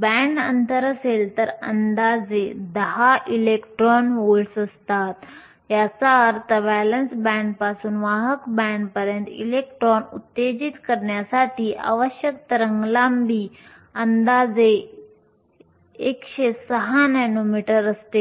band अंतर असेल तर अंदाजे 10 इलेक्ट्रॉन व्होल्ट्स असतात याचा अर्थ व्हॅलेन्स बँडपासून वाहक बँडपर्यंत इलेक्ट्रॉन उत्तेजित करण्यासाठी आवश्यक तरंगलांबी अंदाजे 106 नॅनोमीटर असते